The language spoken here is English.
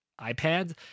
iPads